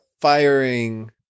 firing